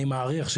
אני מעריך,